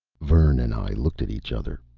vern and i looked at each other.